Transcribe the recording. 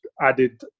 added